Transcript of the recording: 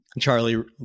Charlie